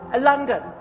London